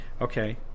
okay